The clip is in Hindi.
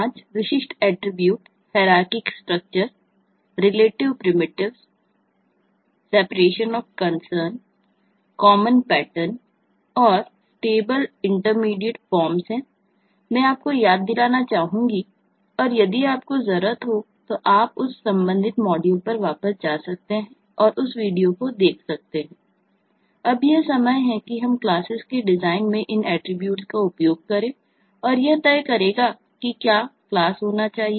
पाँच विशिष्ट ऐट्रिब्यूट्स होना चाहिए और क्या नहीं होना चाहिए